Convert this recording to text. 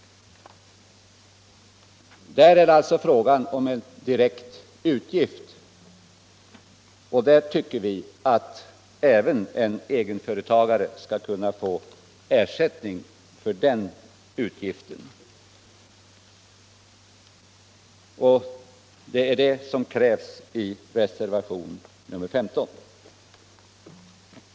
Då är det alltså fråga om en direkt utgift, och därför tycker vi att även en egenföretagare skall kunna få ersättning för sådana utgifter. Detta krävs i reservation nr 15.